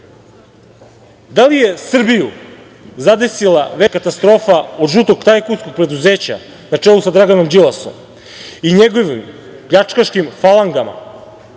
da li je Srbiju zadesila veća katastrofa od žutog tajkunskog preduzeća, na čelu sa Draganom Đilasom i njegovim pljačkaškim falangama,